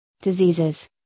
diseases